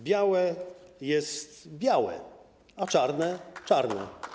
Białe jest białe, a czarne - czarne.